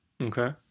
Okay